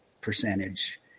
percentage